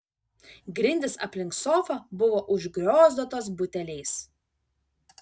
grindys aplink sofą buvo užgriozdotos buteliais